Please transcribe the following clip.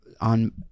on